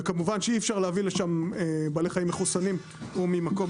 וכמובן שאי אפשר להביא לשם בעלי חיים מחוסנים או ממקום